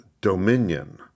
DOMINION